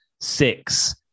six